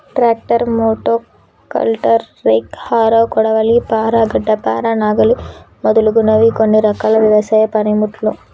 tractor, మోటో కల్టర్, rake, harrow, కొడవలి, పార, గడ్డపార, నాగలి మొదలగునవి కొన్ని రకాల వ్యవసాయ పనిముట్లు